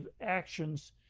actions